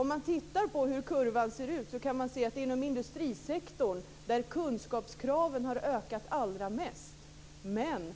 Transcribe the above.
Om man tittar på hur kurvan ser ut kan man se att det är inom industrisektorn som kunskapskraven har ökat allra mest men